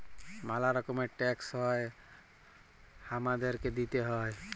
ম্যালা রকমের ট্যাক্স হ্যয় হামাদেরকে দিতেই হ্য়য়